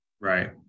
right